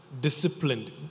Disciplined